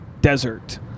desert